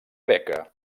beca